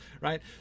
right